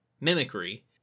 mimicry